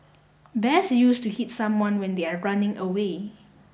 best used to hit someone when they are running away